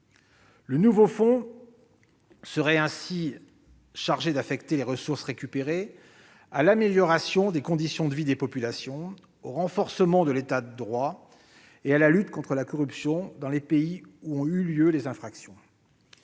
Le nouveau fonds serait ainsi chargé d'affecter les ressources récupérées « à l'amélioration des conditions de vie des populations et au renforcement de l'État de droit ainsi qu'à la lutte contre la corruption dans le ou les pays où les infractions